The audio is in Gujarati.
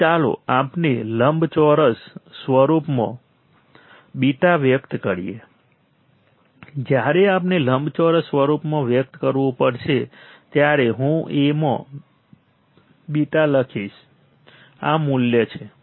તેથી ચાલો આપણે લંબચોરસ સ્વરૂપમાં β વ્યક્ત કરીએ જ્યારે આપણે લંબચોરસ સ્વરૂપમાં વ્યક્ત કરવું પડશે ત્યારે હું A માં β લખીશ આ મૂલ્ય છે